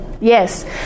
Yes